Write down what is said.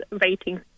ratings